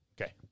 Okay